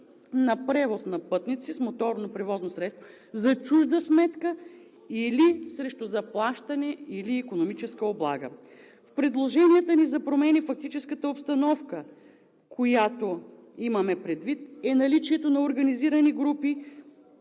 на превоз на пътници, с моторно превозно средство за чужда сметка или срещу заплащане, или икономическа облага“. В предложенията ни за промени на фактическата обстановка, която имаме предвид, е наличието на организирани групи,